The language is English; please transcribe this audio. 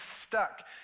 stuck